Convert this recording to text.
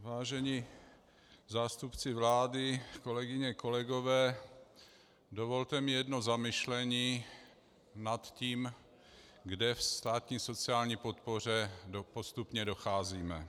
Vážení zástupci vlády, kolegyně, kolegové, dovolte mi jedno zamyšlení nad tím, kde v státní sociální podpoře postupně docházíme.